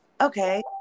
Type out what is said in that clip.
okay